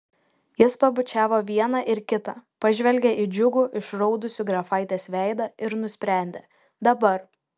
jis pabučiavo vieną ir kitą pažvelgė į džiugų išraudusį grafaitės veidą ir nusprendė dabar